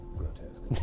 grotesque